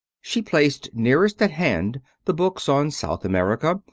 she placed nearest at hand the books on south america,